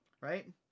right